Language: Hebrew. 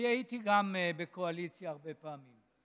אני הייתי גם בקואליציה הרבה פעמים,